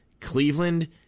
Cleveland